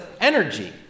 energy